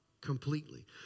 completely